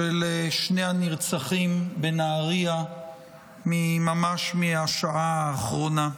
של שני הנרצחים בנהריה ממש מהשעה האחרונה.